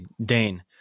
Dane